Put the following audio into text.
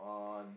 on